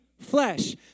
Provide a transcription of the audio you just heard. flesh